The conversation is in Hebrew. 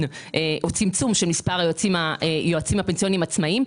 או צמצום של מספר היועצים הפנסיוניים העצמאיים.